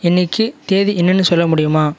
இன்றைக்கு தேதி என்னென்னு சொல்ல முடியுமா